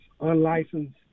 unlicensed